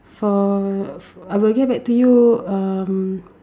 for I will get back to you um